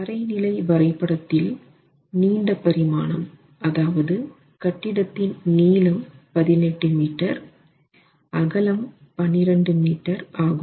தரை நிலை வரை படத்தில் நீண்ட பரிமாணம் அதாவது கட்டிடத்தின் நீளம் 18 மீட்டர் அகலம் B 12 மீட்டர் ஆகும்